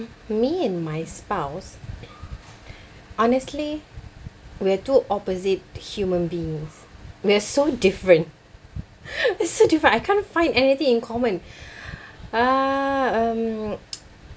me and my spouse honestly we're two opposite human beings we're so different we're so different I can't find anything in common uh um